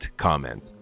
comment